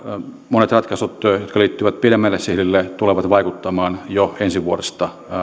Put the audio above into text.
monet ratkaisut jotka liittyvät pidemmällä sihdillä tulevat vaikuttamaan jo ensi vuodesta